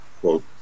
quote